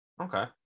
Okay